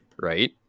right